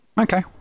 Okay